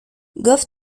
goff